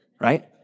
Right